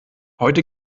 heute